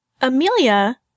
Amelia